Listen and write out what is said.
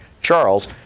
Charles